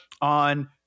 on